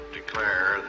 declare